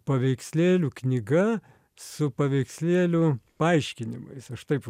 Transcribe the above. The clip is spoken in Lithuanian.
paveikslėlių knyga su paveikslėlių paaiškinimais aš taip